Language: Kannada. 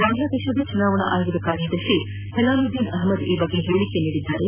ಬಾಂಗ್ಲಾದೇಶದ ಚುನಾವಣಾ ಆಯೋಗದ ಕಾರ್ಯದರ್ಶಿ ಹೆಲಾಲುದ್ದೀನ್ ಅಹಮದ್ ಈ ಬಗ್ಗೆ ಹೇಳಿಕೆ ನೀಡಿದ್ದು